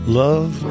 love